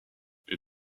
une